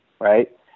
Right